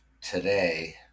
today